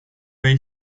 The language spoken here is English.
way